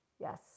Yes